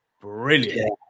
brilliant